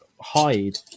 hide